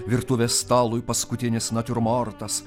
virtuvės stalui paskutinis natiurmortas